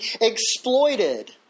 exploited